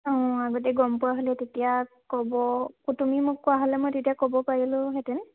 অঁ আগতে গম পোৱা হ'লে তেতিয়া ক'ব অঁ তুমি মোক কোৱা হ'লে মই তেতিয়া ক'ব পাৰিলোঁহেঁতেন